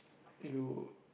you